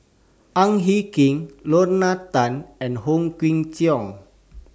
Ang Hin Kee Lorna Tan and Wong Kwei Cheong